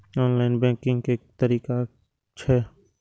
Online banking के की तरीका छै?